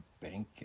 banking